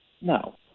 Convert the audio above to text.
No